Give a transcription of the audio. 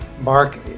Mark